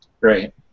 Right